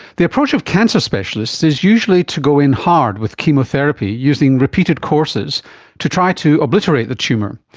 the approach of cancer specialists is usually to go in hard with chemotherapy using repeated courses to try to obliterate the tumour.